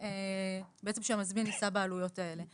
ובעצם שהמזמין יישא בעלויות האלה.